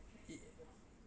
it